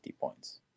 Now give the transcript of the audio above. points